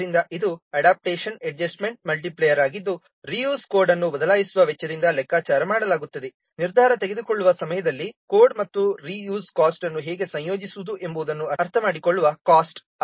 ಆದ್ದರಿಂದ ಇದು adaptation adjustment multiplier ಆಗಿದ್ದು ರೀ ಯೂಸ್ ಕೋಡ್ ಅನ್ನು ಬದಲಾಯಿಸುವ ವೆಚ್ಚದಿಂದ ಲೆಕ್ಕಾಚಾರ ಮಾಡಲಾಗುತ್ತದೆ ನಿರ್ಧಾರ ತೆಗೆದುಕೊಳ್ಳುವ ಸಮಯದಲ್ಲಿ ಕೋಡ್ ಮತ್ತು ರೀ ಯೂಸ್ ಕಾಸ್ಟ್ ಅನ್ನು ಹೇಗೆ ಸಂಯೋಜಿಸುವುದು ಎಂಬುದನ್ನು ಅರ್ಥಮಾಡಿಕೊಳ್ಳುವ ಕಾಸ್ಟ್